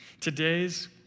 Today's